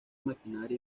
maquinaria